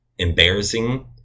embarrassing